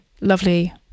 lovely